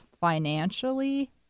financially